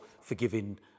forgiving